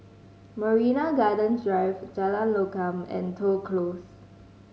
Marina Gardens Drive Jalan Lokam and Toh Close